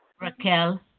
Raquel